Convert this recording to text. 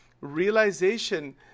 realization